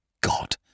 God